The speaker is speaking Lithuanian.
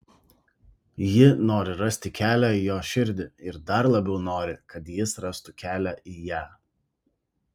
ji nori rasti kelią į jo širdį ir dar labiau nori kad jis rastų kelią į ją